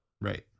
right